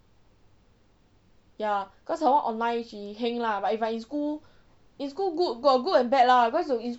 ya cause her one online she heng lah but if I in school in school good got good and bad lah because in school